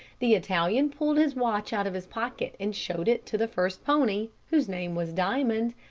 the italian pulled his watch out of his pocket and showed it to the first pony, whose name was diamond,